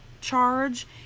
charge